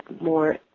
more